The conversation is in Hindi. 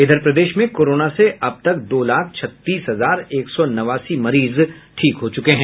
इधर प्रदेश में कोरोना से अब तक दो लाख छत्तीस हजार एक सौ नवासी मरीज ठीक हो चुके हैं